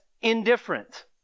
indifferent